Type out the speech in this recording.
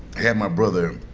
had my brother